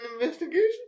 investigation